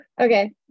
okay